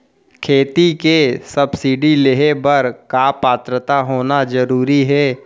खेती के सब्सिडी लेहे बर का पात्रता होना जरूरी हे?